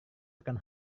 akan